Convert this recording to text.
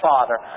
Father